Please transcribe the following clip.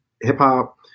hip-hop